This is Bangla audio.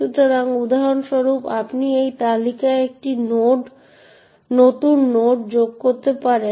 সুতরাং উদাহরণস্বরূপ আপনি এই তালিকায় একটি নতুন নোড যোগ করতে পারেন